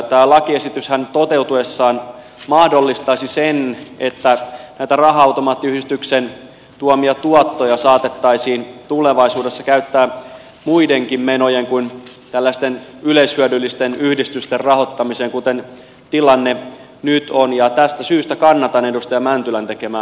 tämä lakiesityshän toteutuessaan mahdollistaisi sen että näitä raha automaattiyhdistyksen tuomia tuottoja saatettaisiin tulevaisuudessa käyttää muidenkin menojen kuin tällaisten yleishyödyllisten yhdistysten rahoittamiseen kuten tilanne nyt on ja tästä syystä kannatan edustaja mäntylän tekemää hylkäysesitystä